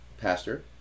pastor